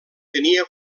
tenia